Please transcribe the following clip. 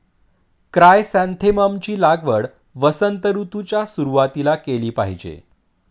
chrysanthemum ची लागवड वसंत ऋतूच्या सुरुवातीला केली पाहिजे